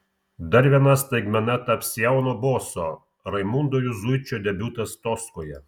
dar viena staigmena taps jauno boso raimundo juzuičio debiutas toskoje